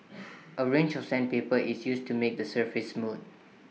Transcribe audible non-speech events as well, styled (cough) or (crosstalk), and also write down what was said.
(noise) A range of sandpaper is used to make the surface smooth